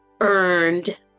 earned